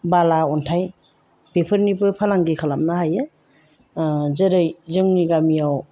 बाला अन्थाइ बेफोरनिबो फालांगि खालामनो हायो जेरै जोंनि गामियाव